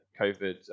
covid